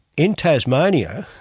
in tasmania,